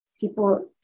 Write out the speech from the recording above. people